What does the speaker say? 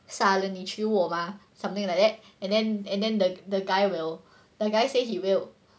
傻了你娶我吗 something like that and then and then the the guy will the guy say he will